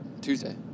Tuesday